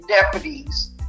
deputies